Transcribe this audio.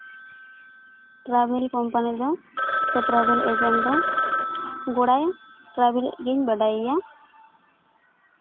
travel company ᱫᱚ ᱥᱮ travel agent ᱫᱚ ᱜᱚᱲᱟᱭ ᱴᱨᱟᱵᱷᱮᱞ ᱜᱤᱧ ᱵᱟᱰᱟᱭᱮᱭᱟ